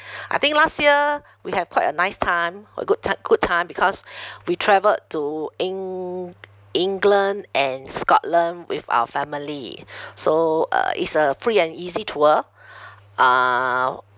I think last year we have quite a nice time a good ti~ good time because we travelled to eng~ england and scotland with our family so uh it's a free and easy tour uh